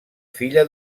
filla